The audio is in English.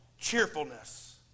cheerfulness